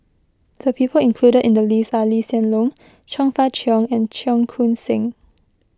the people included in the list are Lee Hsien Loong Chong Fah Cheong and Cheong Koon Seng